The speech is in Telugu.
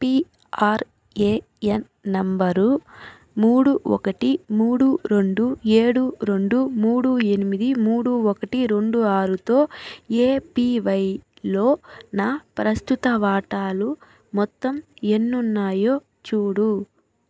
పిఆర్ఏఎన్ నంబరు మూడు ఒకటి మూడు రెండు ఏడు రెండు మూడు ఎనిమిది మూడు ఒకటి రెండు ఆరుతో ఏపివైలో నా ప్రస్తుత వాటాలు మొత్తం ఎన్నున్నాయో చూడు